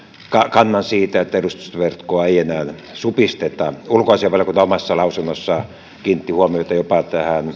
kannan siitä että edustustoverkkoa ei enää supisteta ulkoasiainvaliokunta omassa lausunnossaan kiinnitti huomiota jopa